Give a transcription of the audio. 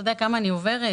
אתה יודע כמה עברתי?